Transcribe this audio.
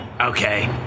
Okay